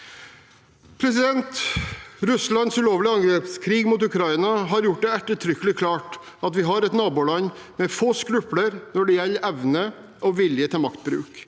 Forsvaret. Russlands ulovlige angrepskrig mot Ukraina har gjort det ettertrykkelig klart at vi har et naboland med få skrupler når det gjelder evne og vilje til maktbruk.